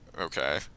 okay